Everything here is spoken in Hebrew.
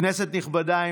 כנסת נכבדה,